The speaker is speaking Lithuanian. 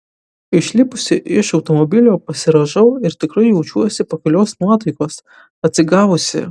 išlipusi iš automobilio pasirąžau ir tikrai jaučiuosi pakilios nuotaikos atsigavusi